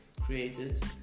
created